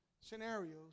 scenarios